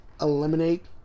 eliminate